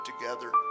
together